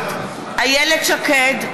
נוכחת איילת שקד,